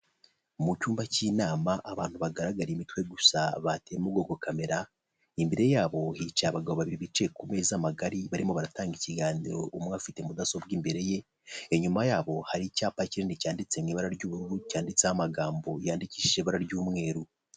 Mu cyumba cy'inama abantu bagaraga imitwe gusa bateyemo ubwoko camera imbere yabo hicaye abagabo babiri bicaye ku meza magari barimo baratanga ikiganiro umwe afite mudasobwa imbere ye inyuma yabo hari icyapa ikindi cyanditse nk' ibara ry'uburu cyanditseho amagambo yandikishije ibara ry'umweru.